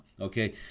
okay